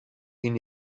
این